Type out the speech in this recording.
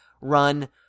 run